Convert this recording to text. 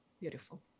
beautiful